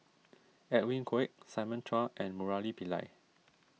Edwin Koek Simon Chua and Murali Pillai